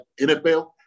NFL